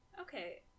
okay